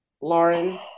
Lauren